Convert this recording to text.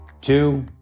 Two